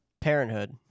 Parenthood